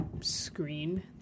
screen